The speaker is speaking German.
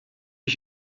ich